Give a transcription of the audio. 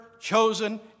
chosen